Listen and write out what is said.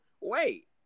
Wait